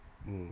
mm